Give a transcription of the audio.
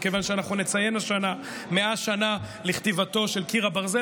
כיוון שאנחנו נציין השנה 100 שנה לכתיבתו של קיר הברזל.